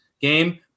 game